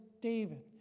David